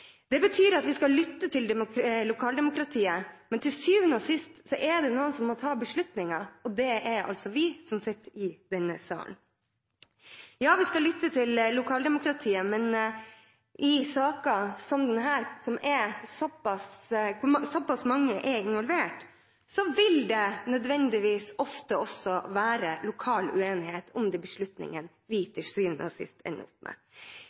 Det betyr at vi skal lytte til lokaldemokratiet, men til syvende og sist er det noen som må ta beslutninger, og det er altså vi som sitter i denne salen. Ja, vi skal lytte til lokaldemokratiet, men i saker som dette hvor såpass mange er involvert, vil det nødvendigvis ofte også være lokal uenighet om de beslutningene vi til syvende og sist